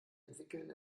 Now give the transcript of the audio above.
entwickeln